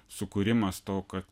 sukūrimas to kad